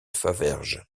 faverges